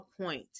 point